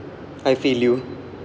I feel you